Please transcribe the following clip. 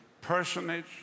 personage